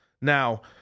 Now